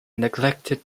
neglected